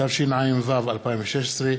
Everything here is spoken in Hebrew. התשע"ו 2016,